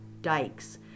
dikes